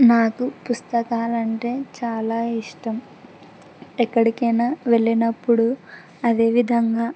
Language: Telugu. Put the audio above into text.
నాకు పుస్తకాలంటే చాలా ఇష్టం ఎక్కడికైనా వెళ్ళినప్పుడు అదేవిధంగా